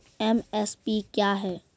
MSP क्या है?